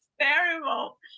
Terrible